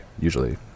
usually